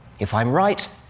if i'm right,